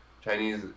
Chinese